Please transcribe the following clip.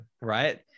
right